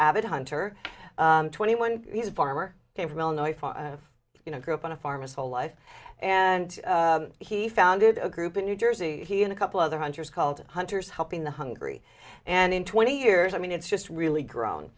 avid hunter twenty one he's a farmer came from illinois you know grew up on a farm is whole life and he founded a group in new jersey he and a couple other hunters called hunters helping the hungry and in twenty years i mean it's just really grown